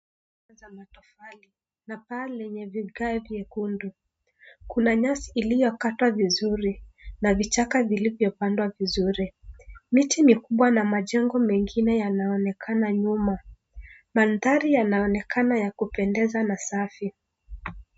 Nyumba la matofali na paa lenye vigae nyekundu. Kuna nyasi iliyokatwa vizuri na vichaka vilivyopandwa vizuri. Miti mikubwa na majengo mengine yanaonekana nyuma. Manthari yanaonekana ya kupendeza na safi.